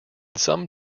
some